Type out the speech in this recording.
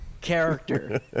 character